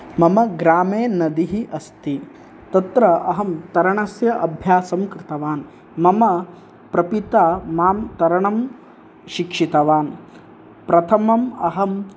मम ग्रामे नदी अस्ति तत्र अहं तरणस्य अभ्यासं कृतवान् मम प्रपिता मां तरणं शिक्षितवान् प्रथमम् अहम्